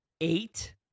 Eight